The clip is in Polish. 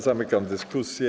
Zamykam dyskusję.